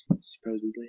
supposedly